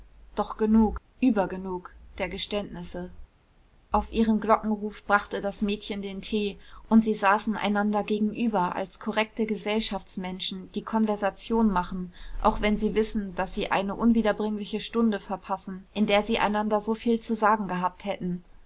doch genug übergenug der geständnisse auf ihren glockenruf brachte das mädchen den tee und sie saßen einander gegenüber als korrekte gesellschaftsmenschen die konversation machen auch wenn sie wissen daß sie eine unwiederbringliche stunde verpassen in der sie einander so viel zu sagen gehabt hätten